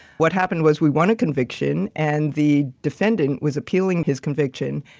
what happened was we won a conviction and the defendant was appealing his conviction.